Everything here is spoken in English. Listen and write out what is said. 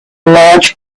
large